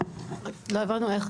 לא הבנו איך,